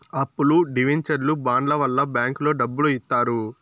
అప్పులు డివెంచర్లు బాండ్ల వల్ల బ్యాంకులో డబ్బులు ఇత్తారు